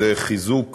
שזה חיזוק,